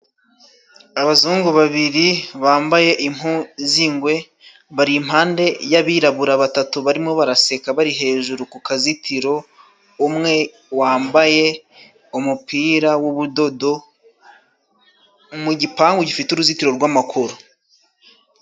Abazungu babiri bambaye impu z'ingwe bari impande y'abirabura batatu barimo baraseka, bari hejuru ku kazizitiro. Umwe wambaye umupira w'ubudodo mu gipangu gifite uruzitiro rw'amakoro.